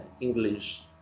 English